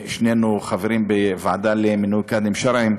שנינו חברים בוועדה למינוי קאדים שרעיים,